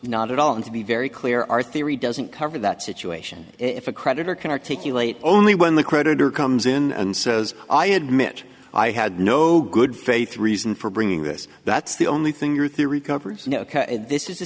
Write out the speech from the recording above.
not at all and to be very clear our theory doesn't cover that situation if a creditor can articulate only when the creditor comes in and says i admit i had no good faith reason for bringing this that's the only thing your theory covers this is the